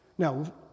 Now